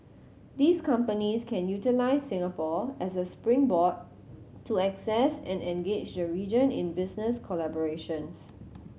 these companies can utilise Singapore as a springboard to access and engage the region in business collaborations